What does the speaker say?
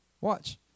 Watch